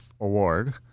award